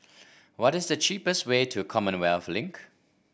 what is the cheapest way to Commonwealth Link